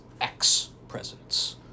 ex-presidents